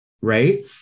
right